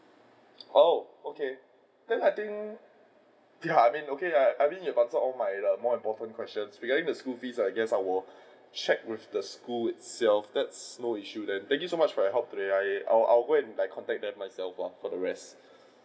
oh okay then I think ya I mean okay I I mean you consult all my more important questions regarding the school fees I guess I will check with the school itself that's no issue then thank you so much for your help today I'll I'll go and like contact the school myself lah for the rest